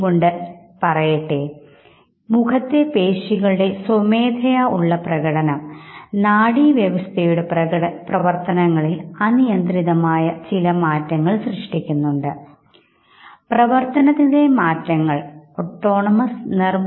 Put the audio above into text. പൊതുഇടങ്ങളിൽ സമൂഹത്തിൻറെ സാന്നിധ്യത്തിൽ ഇതിൽ ദുഃഖം സങ്കടം തുടങ്ങിയ നെഗറ്റീവ് വികാരങ്ങൾ വളരെ തീവ്രത കുറച്ചു മാത്രമേ വ്യക്തികൾ പ്രകടിപ്പിക്കാറുള്ളൂ എന്ന് പഠനങ്ങൾ തെളിയിച്ചിട്ടുണ്ട്